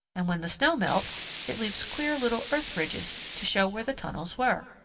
and when the snow melts it leaves queer little earth ridges to show where the tunnels were.